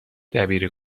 دبیر